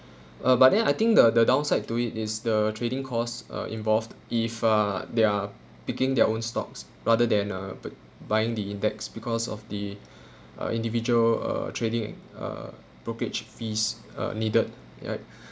uh but then I think the the downside to it is the trading course uh involved if ah they're picking their own stocks rather than uh p~ buying the index because of the uh individual uh trading uh brokerage fees uh needed ya